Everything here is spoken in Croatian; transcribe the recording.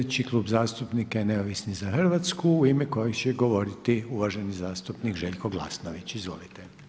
Slijedeći Klub zastupnika je Neovisni za Hrvatsku u ime kojeg će govoriti uvaženi zastupnik Željko Glasnović, izvolite.